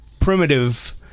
primitive